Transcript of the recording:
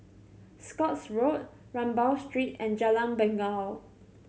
Scotts Road Rambau Street and Jalan Bangau